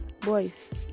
Boys